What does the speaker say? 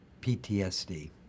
PTSD